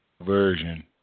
version